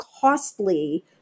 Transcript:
costly